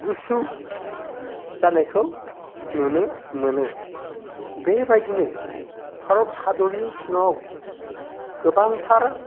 गुसु जानायखौ नुनो मोनो बे बायदिनो भारत हादरनि सिङाव गोबांथार